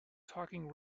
talking